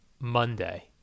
Monday